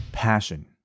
passion